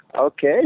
okay